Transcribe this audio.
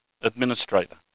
administrator